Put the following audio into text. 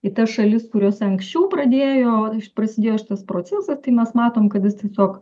į tas šalis kurios anksčiau pradėjo iš prasidėjo šitas procesas tai mes matom kad jis tiesiog